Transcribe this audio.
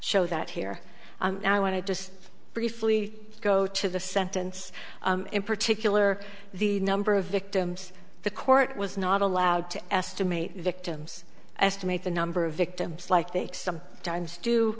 show that here and i want to just briefly go to the sentence in particular the number of victims the court was not allowed to estimate victims estimate the number of victims like they some times d